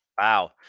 Wow